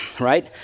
right